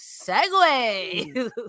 segue